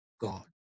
God